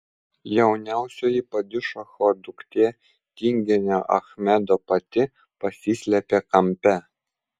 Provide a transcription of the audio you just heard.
jauniausioji padišacho duktė tinginio achmedo pati pasislėpė kampe